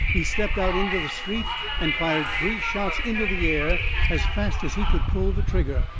he stepped out into the street and fired three shots into the air as fast as he could pull the trigger.